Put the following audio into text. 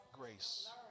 grace